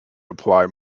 apply